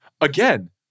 again